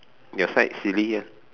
your side silly ah